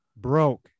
Broke